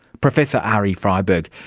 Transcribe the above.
professor arie freiberg,